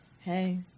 Hey